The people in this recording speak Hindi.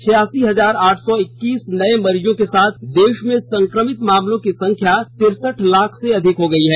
छियासी हजार आठ सौ इक्कीस नये मरीजों के साथ देश में संक्रमित मामलों की संख्या तिरसठ लाख से अधिक हो गई है